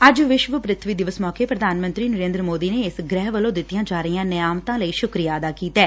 ਅੱਜ ਵਿਸ਼ਵ ਪ੍ਰਿਬਵੀ ਦਿਵਸ ਮੌਕੇ ਪ੍ਰਧਾਨ ਮੰਤਰੀ ਨਰੇਦਰ ਮੌਦੀ ਨੇ ਇਸ ਗ੍ਹਿ ਵੱਲੋ ਦਿੱਤੀਆਂ ਜਾ ਰਹੀਆਂ ਕਿਆਮਤਾਂ ਲਈ ਸੁੱਕਰੀਆ ਅਦਾ ਕੀਤੈ